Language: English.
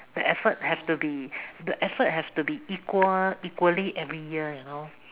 the effort have to be the effort have to be equal equally every year you know